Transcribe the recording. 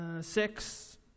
six